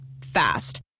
Fast